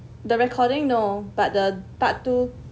the recording no but the part two